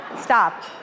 Stop